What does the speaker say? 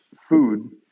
food